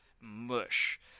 mush